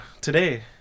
today